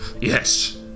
Yes